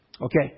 Okay